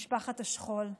משפחת השכול.